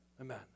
amen